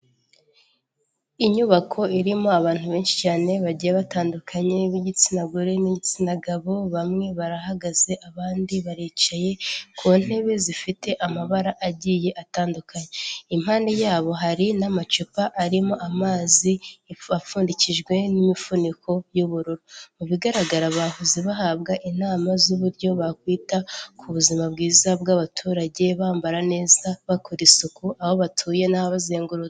Inyubako irimo abantu benshi cyane bagiye batandukanye b'igitsina gore n'igitsina gabo bamwe barahagaze abandi baricaye ku ntebe zifite amabara agiye atandukanye impani yabo hari n'amacupa arimo amazi apfundikijwe n'imifuniko y'ubururu mu bigaragara bahoze bahabwa inama z'uburyo bakwita ku buzima bwiza bw'abaturage bambara neza bakora isuku aho batuye n'ahabazengurutse.